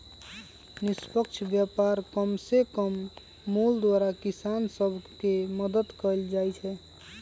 निष्पक्ष व्यापार कम से कम मोल द्वारा किसान सभ के मदद कयल जाइ छै